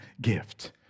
gift